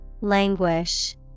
Languish